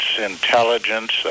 intelligence